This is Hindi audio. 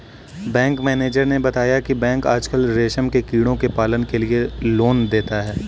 बैंक मैनेजर ने बताया की बैंक आजकल रेशम के कीड़ों के पालन के लिए लोन देता है